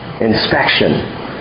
inspection